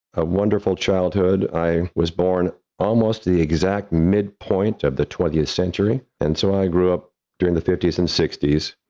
a wonderful childhood. i was born almost the exact midpoint of the twentieth century. and so, i grew up during the fifty s and sixty s.